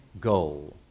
goal